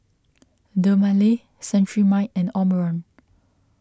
Dermale Cetrimide and Omron